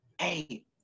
Hey